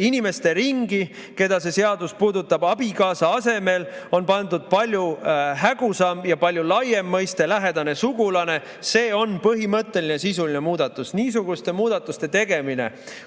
inimeste ringi, keda see seadus puudutab, abikaasa asemel on pandud palju hägusam ja palju laiem mõiste "lähedane sugulane". See on põhimõtteline sisuline muudatus. Niisuguste muudatuste tegemine